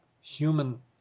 human